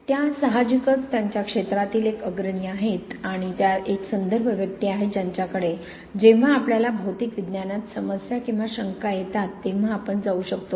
त्या साहजिकच त्यांच्या क्षेत्रातील एक अग्रणी आहेत आणि त्या एक संदर्भ व्यक्ती आहेत ज्यांच्याकडे जेव्हा आपल्याला भौतिक विज्ञानात समस्या किंवा शंका येतात तेव्हा आपण जाऊ शकतो